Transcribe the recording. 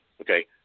Okay